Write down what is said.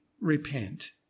repent